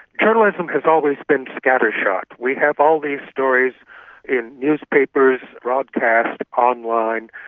journalism has always been scattershot. we have all these stories in newspapers broadcast online,